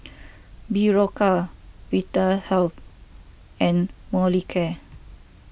Berocca Vitahealth and Molicare